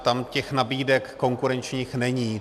Tam těch nabídek konkurenčních není.